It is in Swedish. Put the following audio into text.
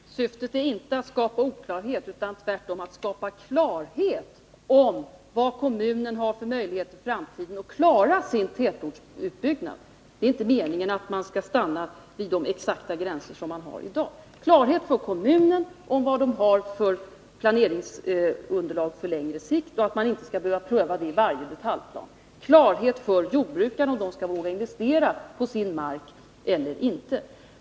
Herr talman! Syftet är inte att skapa oklarhet utan tvärtom att skapa klarhet om vad kommunen har för möjligheter i framtiden att klara sin tätortsutbyggnad. Det är inte meningen att man skall stanna vid de exakta gränser som finns i dag. Det gäller klarhet för kommunen om vilket planeringsunderlag som finns på längre sikt och att man inte skall behöva pröva det i samband med varje detaljplan. Och det gäller klarhet för jordbrukarna om de skall våga investera i sin mark eller inte.